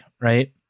right